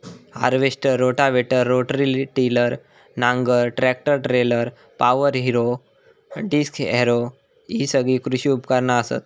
harvester, rotavator, rotary tiller, नांगर, tractor trailer, power harrow, disc harrow हि सगळी कृषी उपकरणा असत